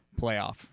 playoff